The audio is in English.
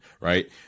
right